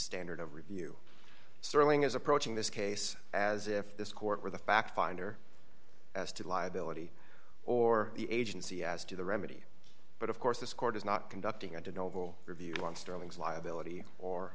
standard of review sterling is approaching this case as if this court were the fact finder as to the liability or the agency as to the remedy but of course this court is not conducting an overall review on sterling's liability or